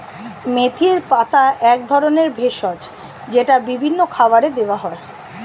মেথির পাতা এক ধরনের ভেষজ যেটা বিভিন্ন খাবারে দেওয়া হয়